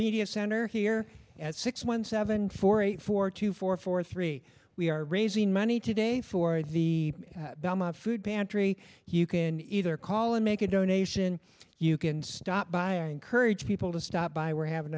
media center here at six one seven four eight four two four four three we are raising money today for the food pantry you can either call and make a donation you can stop by our encourage people to stop by we're having